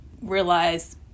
realize